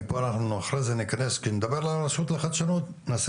מפה אנחנו אחרי זה נתכנס כשנדבר מהרשות לחדשנות ונעשה